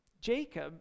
Jacob